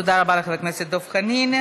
תודה רבה לחבר הכנסת דב חנין.